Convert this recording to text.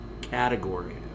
category